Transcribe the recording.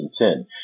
2010